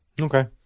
Okay